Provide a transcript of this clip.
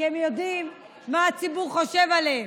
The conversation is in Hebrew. כי הם יודעים מה הציבור חושב עליהם.